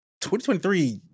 2023